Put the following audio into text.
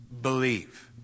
believe